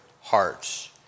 hearts